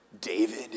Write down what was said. David